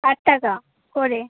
ষাট টাকা করে